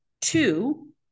two